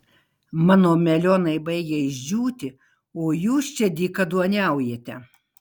mano melionai baigia išdžiūti o jūs čia dykaduoniaujate